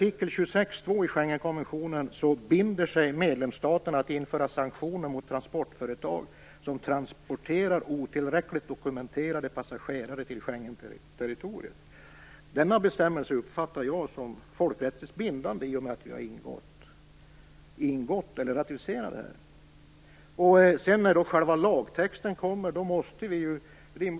I Schengenkonventionens artikel 26:2 förbinder sig medlemsstaterna att införa sanktioner mot transportföretag som transporterar otillräckligt dokumenterade passagerare till Schengenterritoriet. Denna bestämmelse uppfattar jag som folkrättsligt bindande i och med att vi har ratificerat konventionen.